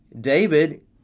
David